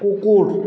কুকুর